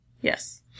Yes